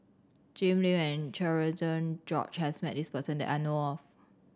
Jim Lim and Cherian George has met this person that I know of